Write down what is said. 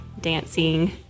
dancing